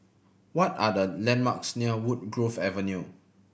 what are the landmarks near Woodgrove Avenue